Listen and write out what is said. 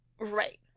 right